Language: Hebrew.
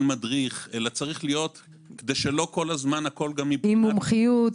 מדריך כדי שלא כל הזמן- -- עם מומחיות,